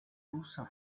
russa